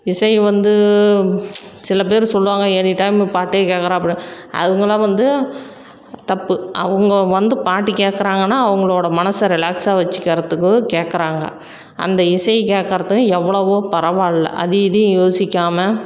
இசை வந்து சில பேர் சொல்லுவாங்க எனி டைம் பாட்டே கேட்கறாப்ல அவங்கல்லாம் வந்து தப்பு அவங்க வந்து பாட்டு கேட்கறாங்கன்னா அவங்களோட மனதை ரிலாக்ஸாக வச்சிக்கறத்துக்கு கேட்கறாங்க அந்த இசை கேட்கறதுக்கு எவ்வளவோ பரவாயில்ல அதையும் இதையும் யோசிக்காமல்